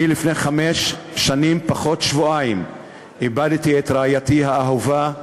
לפני חמש שנים פחות שבועיים איבדתי את רעייתי האהובה,